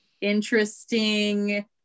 interesting